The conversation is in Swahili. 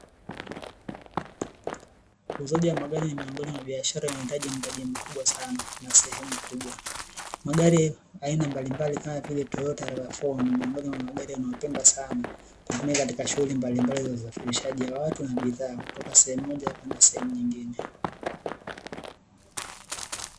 Uuzaji wa magari ni miongoni mwa biashara inayoitaji mtaji mkubwa sana na sehemu kubwa. Magari ya aina mbalimbali kama vile "Toyota Rav4" ni miongoni mwa magari yanayopendwa sana kutumia katika shughuli mbalimbali za usafirishaji watu na bidhaa, kutoka sehemu moja kwenye nyingine.